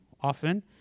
often